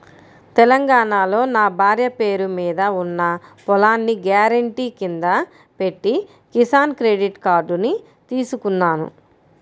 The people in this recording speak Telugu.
తెలంగాణాలో నా భార్య పేరు మీద ఉన్న పొలాన్ని గ్యారెంటీ కింద పెట్టి కిసాన్ క్రెడిట్ కార్డుని తీసుకున్నాను